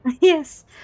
Yes